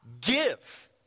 give